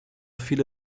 viele